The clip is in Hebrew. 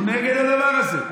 הוא נגד הדבר הזה,